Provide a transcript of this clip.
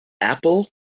Apple